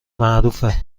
معروفه